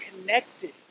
connected